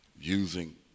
using